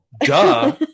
Duh